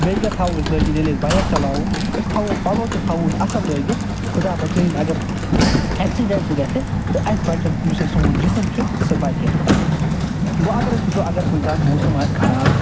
بییٚہِ کیٛاہ تھاوو أسۍ لٲگِتھ ییٚلہِ أسۍ بایک چلاوو أسۍ تھاوو پَلو تہِ تھاوو أسۍ اصٕل لٲگِتھ خُدا بچٲیِن اگر اٮ۪کسِڈٮ۪نٛٹ تہِ گژھِ تہٕ اَسہِ بچن یُس اَسہِ سون جِسم چھِ سُہ بچہِ وۄنۍ اگر أسۍ وٕچھو اگر کُنۍ ساتہٕ موسم آسہِ خراب